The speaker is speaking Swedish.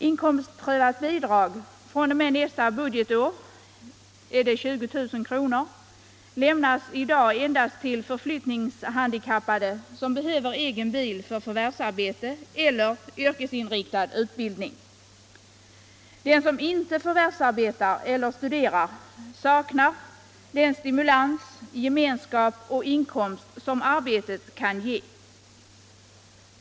Inkomstprövat bidrag fr.o.m. nästa budgetår, 20 000 kr., lämnas i dag endast till förflyttningshandikappade som behöver egen bil för förvärvsarbete eller yrkesinriktad utbildning. Den som inte förvärvsarbetar eller studerar saknar den stimulans, gemenskap och inkomst som arbetet kan ge.